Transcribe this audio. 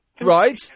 Right